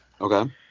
Okay